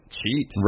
cheat